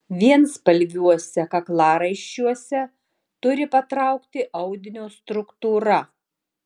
vienspalviuose kaklaraiščiuose turi patraukti audinio struktūra